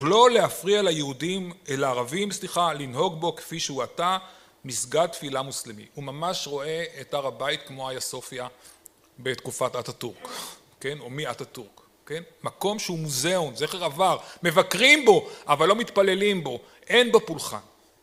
ולא להפריע ליהודים, לערבים סליחה, לנהוג בו כפי שהוא עתה - מסגד תפילה מוסלמית. הוא ממש רואה את הר הבית כמו היה סופיה בתקופת אטאטורק, כן? או מאטאטורק, כן? מקום שהוא מוזיאון, זכר עבר, מבקרים בו אבל לא מתפללים בו, אין בו פולחן